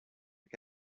que